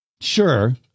Sure